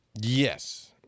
Yes